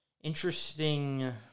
interesting